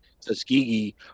Tuskegee